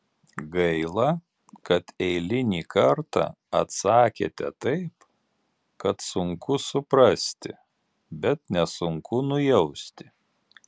gaila kad eilinį kartą atsakėte taip kad sunku suprasti bet nesunku nujausti